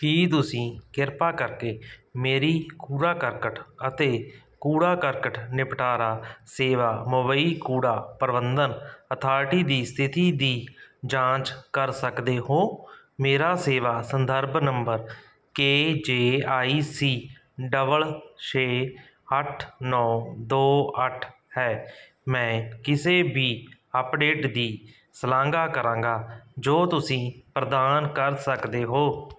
ਕੀ ਤੁਸੀਂ ਕਿਰਪਾ ਕਰਕੇ ਮੇਰੀ ਕੂੜਾ ਕਰਕਟ ਅਤੇ ਕੂੜਾ ਕਰਕਟ ਨਿਪਟਾਰਾ ਸੇਵਾ ਮੁੰਬਈ ਕੂੜਾ ਪ੍ਰਬੰਧਨ ਅਥਾਰਟੀ ਦੀ ਸਥਿਤੀ ਦੀ ਜਾਂਚ ਕਰ ਸਕਦੇ ਹੋ ਮੇਰਾ ਸੇਵਾ ਸੰਦਰਭ number K J I C double ਛੇ ਅੱਠ ਨੌਂ ਦੋ ਅੱਠ ਹੈ ਮੈਂ ਕਿਸੇ ਵੀ ਅਪਡੇਟ ਦੀ ਸ਼ਲਾਘਾ ਕਰਾਂਗਾ ਜੋ ਤੁਸੀਂ ਪ੍ਰਦਾਨ ਕਰ ਸਕਦੇ ਹੋ